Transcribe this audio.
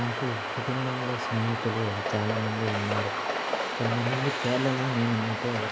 నాకు కుటుంబంలో స్నేహితులు చాలా మంది ఉన్నారు కొంతమంది పేర్లను నేను మీతో